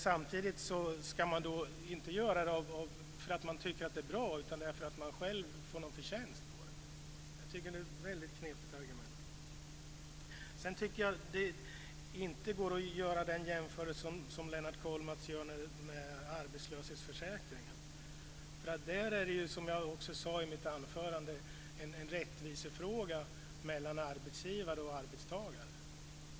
Samtidigt gör man det inte för att man tycker att det är bra utan för att man själv får en förtjänst av det. Jag tycker det är ett väldigt knepigt argument. Sedan tycker jag inte att man kan göra jämförelsen med arbetslöshetsförsäkringen så som Lennart Kollmats gör. Det är, vilket jag också sade i mitt huvudanförande, en rättvisefråga mellan arbetsgivare och arbetstagare.